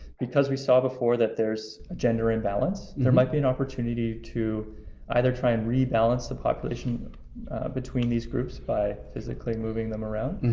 because we saw before that there's a gender imbalance. there might be an opportunity to either try and rebalance the population between these groups by physically moving them around,